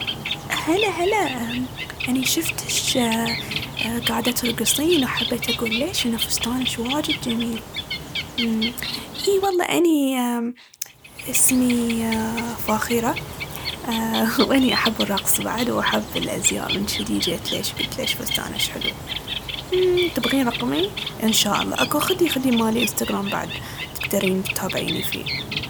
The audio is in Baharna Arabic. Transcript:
هلا هلا، أني شفتش قاعدة ترقصين، وحبيت أقول ليش ان فستانش واجد جميل. مم إي والله أني اسمي فاخرة، أ- وأني أحب الرقص بعد وأحب الازياء من جذي جيت ليش قلت ليش فستانش حلو. مم تبغين رقمي؟ إن شاء الله. أكو اخدي اخدي مالي الانستغرام بعد تقدرين تتابعيني فيه.